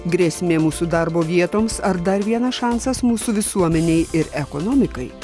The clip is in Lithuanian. grėsmė mūsų darbo vietoms ar dar vienas šansas mūsų visuomenei ir ekonomikai